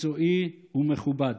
מקצועי ומכובד.